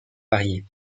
variée